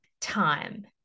time